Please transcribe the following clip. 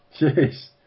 Jeez